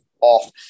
off